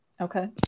Okay